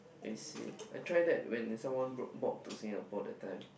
I see I try that when someone brought bought to Singapore that time